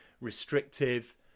restrictive